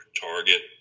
target